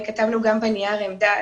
וכתבנו גם בנייר עמדה,